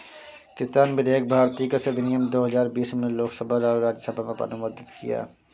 किसान विधेयक भारतीय कृषि अधिनियम दो हजार बीस में लोकसभा और राज्यसभा में अनुमोदित किया